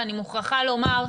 ואני מוכרחה לומר,